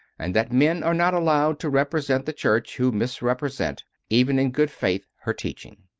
and that men are not allowed to represent the church who misrepresent, even in good faith, her teaching.